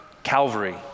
Calvary